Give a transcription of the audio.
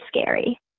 scary